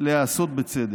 להיעשות בצדק.